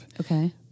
Okay